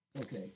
Okay